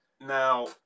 Now